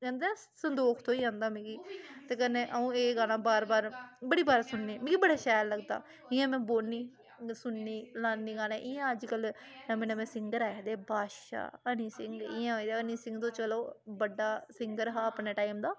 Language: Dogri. केह् होंदा संदोख थ्होई जंदा मिगी ते कन्नै आ'ऊं एह् गाना बार बार बड़ी बार सुननी मिकी बड़ा शैल लगदा इ'यां में बौह्न्नी सुननी लानी गाना इ'यां अज्जकल नमें नमें सिंगर आखदे बादशाह् हनी सिंह इयां हनी सिंह ते चलो बड्डा सिंगर हा अपने टाइम दा